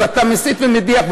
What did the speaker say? אז אתה מסית ומדיח,